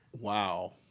Wow